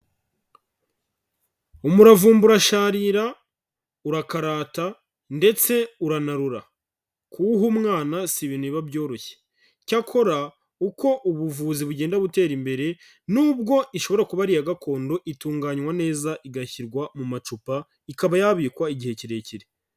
Umuravumba urasharira, urakarata ndetse uranarura. Kuwuha umwana si ibintu biba byoroshye. Cyakora uko ubuvuzi bugenda butera imbere, nubwo ishobora kuba ari iya gakondo, itunganywa neza, igashyirwa mu macupa, ikaba yabikwa igihe kirekire.